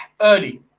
early